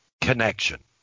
connection